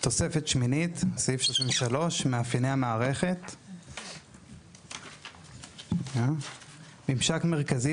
תוספת שמינית (סעיף 33) מאפייני המערכת 1. ממשק מרכזי